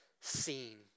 seen